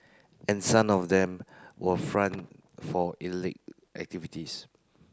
and some of them were front for illicit activities